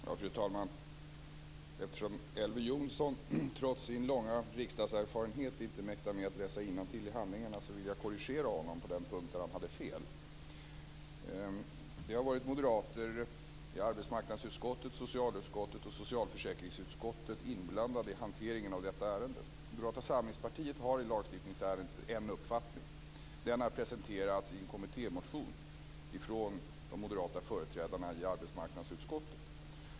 Fru talman! Eftersom Elver Jonsson trots sin långa riksdagserfarenhet inte mäktar med att läsa innantill i handlingarna vill jag korrigera honom på den punkt där han hade fel. Det har varit moderater i arbetsmarknadsutskottet, socialutskottet och socialförsäkringsutskottet inblandade i hanteringen av detta ärende. Moderata samlingspartiet har i lagstiftningsärendet en uppfattning, och den har presenterats i en kommittémotion från de moderata företrädarna i arbetsmarknadsutskottet.